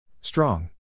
Strong